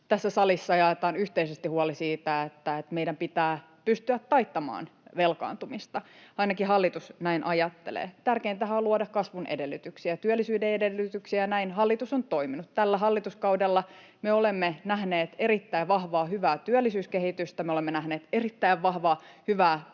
tässä salissa jaetaan yhteisesti huoli siitä, että meidän pitää pystyä taittamaan velkaantumista, ainakin hallitus näin ajattelee: Tärkeintähän on luoda kasvun edellytyksiä ja työllisyyden edellytyksiä, ja näin hallitus on toiminut. Tällä hallituskaudella me olemme nähneet erittäin vahvaa, hyvää työllisyyskehitystä. Me olemme nähneet erittäin vahvaa, hyvää